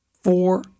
four